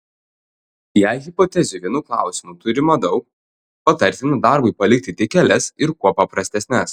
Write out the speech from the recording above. jei hipotezių vienu klausimu turima daug patartina darbui palikti tik kelias ir kuo paprastesnes